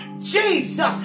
Jesus